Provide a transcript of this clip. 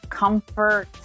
Comfort